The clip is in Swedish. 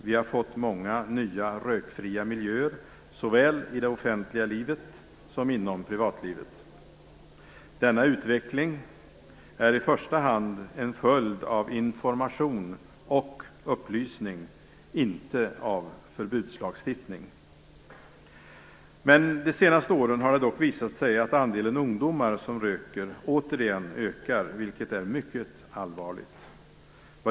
Vi har fått många nya rökfria miljöer, såväl i det offentliga livet som inom privatlivet. Denna utveckling är i första hand en följd av information och upplysning, inte av förbudslagstiftning. De senaste åren har det dock visat sig att andelen ungdomar som röker återigen ökar, vilket är mycket allvarligt.